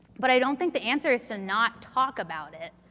but i don't think the answer is to not talk about it.